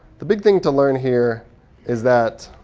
the big thing to learn here is that